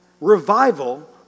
Revival